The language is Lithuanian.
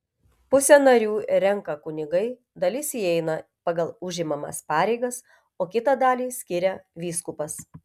pusę narių renka kunigai dalis įeina pagal užimamas pareigas o kitą dalį skiria vyskupas